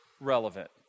relevant